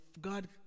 God